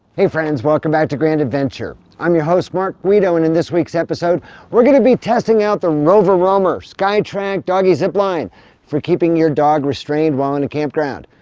hey friends, welcome back to grand adventure! i'm your host marc guido. and in this week's episode we're going to be testing out the rover roamer sky track doggie zip line for keeping your dog restrained while in a campground,